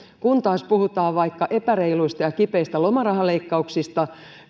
kun taas puhutaan vaikka epäreiluista ja kipeistä lomarahaleikkauksista